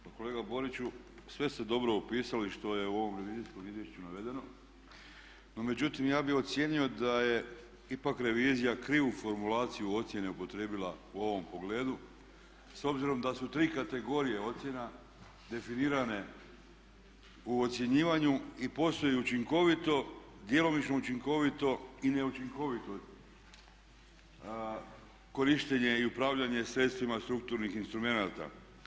Pa kolega Boriću sve ste dobro opisali što je u ovom revizijskom izvješću navedeno, no međutim ja bih ocijenio da je ipak revizija krivu formulaciju ocjene upotrijebila u ovom pogledu s obzirom da su tri kategorije ocjena definirane u ocjenjivanju i postoji učinkovito, djelomično učinkovito i neučinkovito korištenje i upravljanje sredstvima strukturnih instrumenata.